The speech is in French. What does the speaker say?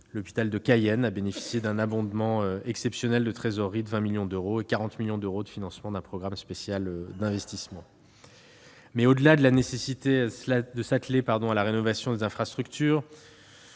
l'hôpital de Cayenne, il a bénéficié d'un abondement exceptionnel de trésorerie de 20 millions d'euros, ainsi que de 40 millions d'euros pour un programme spécial d'investissement. Au-delà de la nécessité de s'atteler à la rénovation des infrastructures,